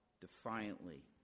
defiantly